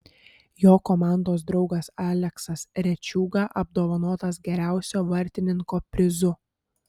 jo komandos draugas aleksas rečiūga apdovanotas geriausio vartininko prizu